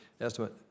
estimate